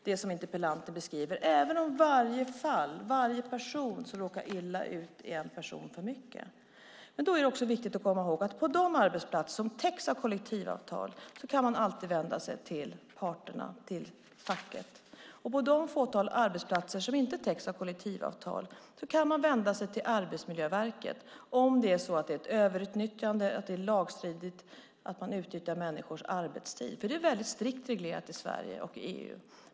Det som interpellanten beskriver stämmer alltså inte riktigt, även om varje person som råkar illa ut är en person för mycket. Men då är det viktigt att komma ihåg att på de arbetsplatser som täcks av kollektivavtal kan man alltid vända sig till parterna och till facket. På de fåtal arbetsplatser som inte täcks av kollektivavtal kan man vända sig till Arbetsmiljöverket om det är ett överutnyttjande, om människor utnyttjas lagstridigt, för arbetstiden är strikt reglerad i Sverige och i EU.